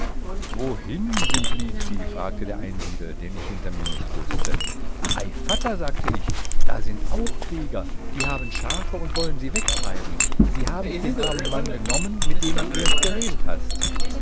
wohin simplici sagte der einsiedel den ich hinter mir nicht wußte ei vatter sagte ich da sind auch krieger die haben schafe und wollen sie wegtreiben sie habens dem armen mann genommen mit dem du erst geredet hast